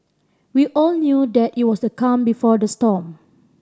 we all knew that it was the calm before the storm